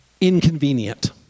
inconvenient